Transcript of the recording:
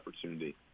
opportunity